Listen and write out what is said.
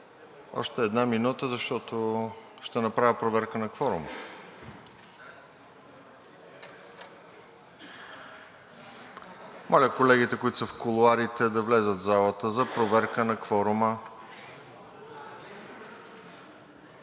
Още една минута, защото ще направя проверка на кворума. Моля колегите, които са в кулоарите, да влязат в залата за проверка на кворума.